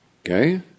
Okay